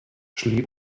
szli